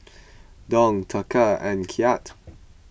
Dong Taka and Kyat